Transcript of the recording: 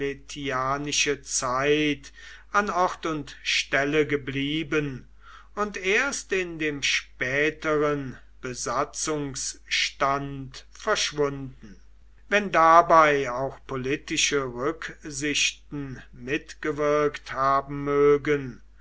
die diocletianische zeit an ort und stelle geblieben und erst in dem späteren besatzungsstand verschwunden wenn dabei auch politische rücksichten mitgewirkt haben mögen